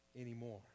anymore